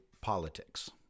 politics